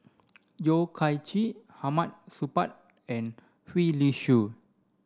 Yeo Kian Chye Hamid Supaat and Gwee Li Sui